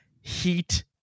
heat